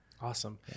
Awesome